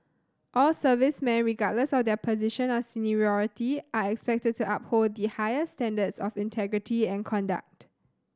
all servicemen regardless of their position or seniority are expected to uphold the highest standards of integrity and conduct